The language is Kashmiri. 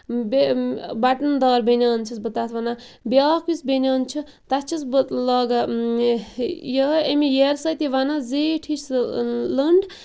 بیٚیہِ بَٹَن دار بنۍیان چھَس بہٕ تتھ وَنان بیاکھ یُس بٔنۍیان چھ تتھ چھَس بہٕ لاگان یِہے امہِ ییرِ سۭتی وَنان زیٖٹھ ہِش سۄ لٔنٛڈ